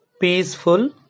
peaceful